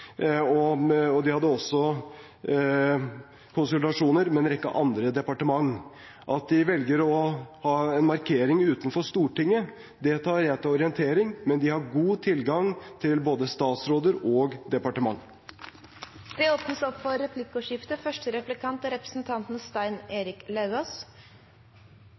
Sametingets representanter. De hadde også konsultasjoner med en rekke andre departement. At de velger å ha en markering utenfor Stortinget, tar jeg til orientering, men de har god tilgang til både statsråder og departement. Det blir replikkordskifte. Det er